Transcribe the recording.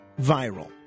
viral